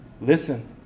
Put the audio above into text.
listen